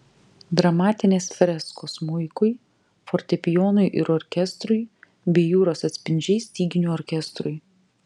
dramatinės freskos smuikui fortepijonui ir orkestrui bei jūros atspindžiai styginių orkestrui